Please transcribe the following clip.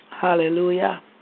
Hallelujah